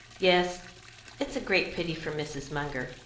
yes it's a great pity for mrs. munger.